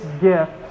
gift